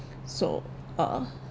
so uh